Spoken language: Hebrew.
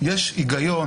יש היגיון